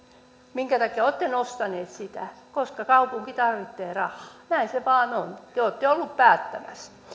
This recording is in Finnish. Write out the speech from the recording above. minkä takia olette nostaneet sitä koska kaupunki tarvitsee rahaa näin se vain on te te olette ollut päättämässä